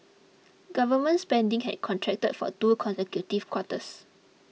government spending had contracted for two consecutive quarters